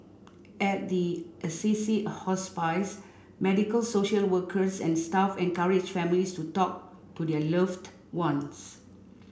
at the Assisi Hospice medical social workers and staff encourage families to talk to their loved ones